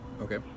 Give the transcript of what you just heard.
Okay